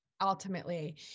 Ultimately